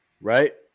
Right